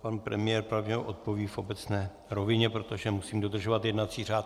Pan premiér odpoví v obecné rovině, protože musím dodržovat jednací řád.